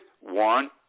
one